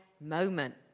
moment